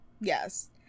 Yes